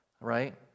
right